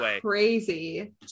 crazy